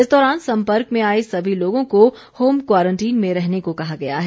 इस दौरान संपर्क में आए सभी लोगों को होम क्वारंटीन में रहने को कहा गया है